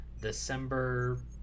December